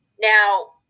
now